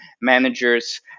managers